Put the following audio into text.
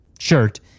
Shirt